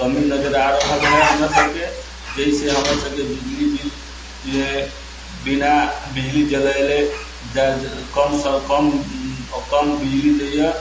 कमी नजर आ रहल है हमरा सभके जाहिसे हमरा सभके बिजली बिल मे बिना बिजली जलेले कमसँ कम ओ कम बिजली दैया